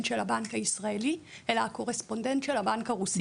של הבנק הישראלי אלא הקורספונדנט של הבנק הרוסי.